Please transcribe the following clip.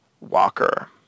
Walker